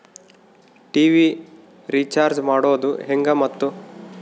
TV recharge ಮಾಡೋದು ಹೆಂಗ ಮತ್ತು?